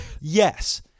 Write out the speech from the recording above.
Yes